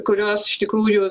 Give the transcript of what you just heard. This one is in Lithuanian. kurios iš tikrųjų